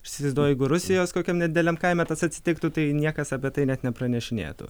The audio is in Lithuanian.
aš įsivaizduoju jeigu rusijos kokiam nedideliam kaime tas atsitiktų tai niekas apie tai net nepranešinėtų